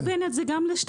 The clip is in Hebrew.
מכוונת זה זה גם ל-2(א).